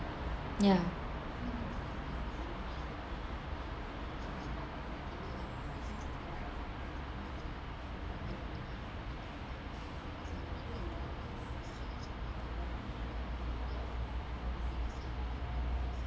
ya